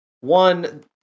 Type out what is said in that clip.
One